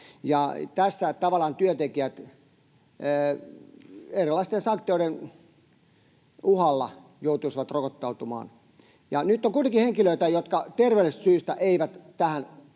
työntekijät erilaisten sanktioiden uhalla joutuisivat rokottautumaan. Nyt on kuitenkin henkilöitä, jotka terveydellisistä syistä eivät tähän uskalla